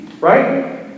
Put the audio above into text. right